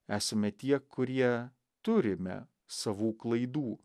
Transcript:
esame tie kurie turime savų klaidų